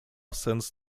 sends